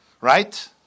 right